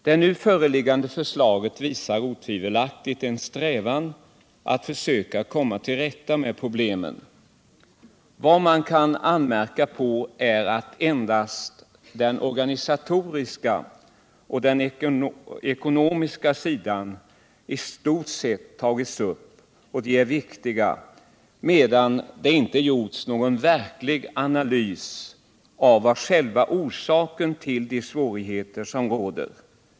Det nu föreliggande förslaget visar otvivelaktigt en strävan att försöka komma till rätta med problemen. Vad man kan anmärka på är att I stort sett endast den organisatoriska sidan och den ekonomiska sidan —- och de är viktiga — tagits upp, medan det inte gjorts någon verklig analys av själva orsakerna till de svårigheter som råder.